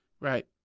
right